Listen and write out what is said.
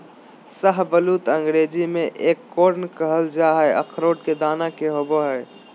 शाहबलूत अंग्रेजी में एकोर्न कहल जा हई, अखरोट के दाना के होव हई